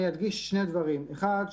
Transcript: אני אדגיש שני דברים: האחד,